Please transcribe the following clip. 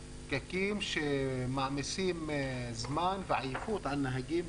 פקקים שמעמיסים זמן ועייפות על נהגים,